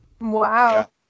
Wow